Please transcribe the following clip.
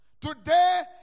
today